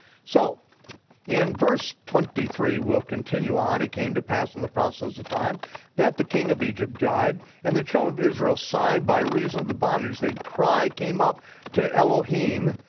so in verse twenty three, we'll continue on, it came to pass in the process of time that the king of egypt died, and the children of israel sighed by reason of the bondage, their cry came up to elohim,